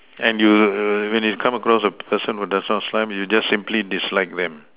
and you err when you come across a person who does not you just simply dislike them